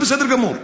זה בסדר גמור.